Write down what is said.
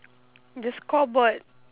the scoreboard